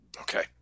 Okay